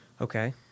Okay